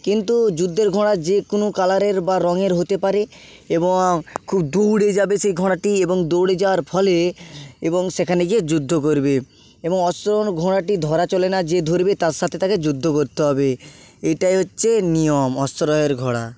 কিন্তু যুদ্ধের ঘোড়া যে কোনো কালারের বা রঙের হতে পারে এবং খুব দৌড়ে যাবে সেই ঘোড়াটি এবং দৌড়ে যাওয়ার ফলে এবং সেখানে গিয়ে যুদ্ধ করবে এবং অশ্বারোহণ ঘোড়াটি ধরা চলে না যে ধরবে তার সাথে তাকে যুদ্ধ করতে হবে এটাই হচ্ছে নিয়ম অশ্বারোহণের ঘোড়া